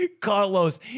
Carlos